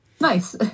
Nice